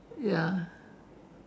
ya